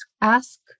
ask